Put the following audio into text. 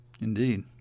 Indeed